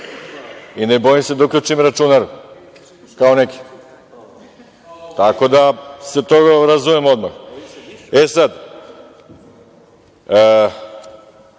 i ne bojim se da uključim računar kao neki. Tako da se oko toga razumemo odmah.E, sad